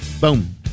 Boom